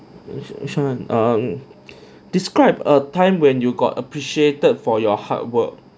mm describe a time when you got appreciated for your hard work